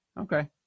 Okay